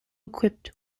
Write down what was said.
equipped